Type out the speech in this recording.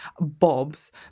bobs